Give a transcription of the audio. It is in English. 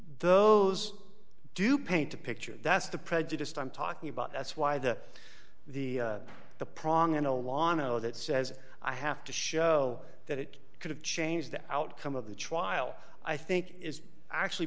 those do paint a picture that's the prejudiced i'm talking about that's why the the the prong in a law no that says i have to show that it could have changed the outcome of the trial i think is actually